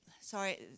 sorry